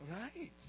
Right